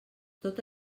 tot